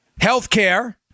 Healthcare